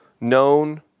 known